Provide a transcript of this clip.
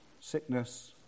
Sickness